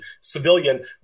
civilian